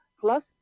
plus